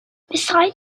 beside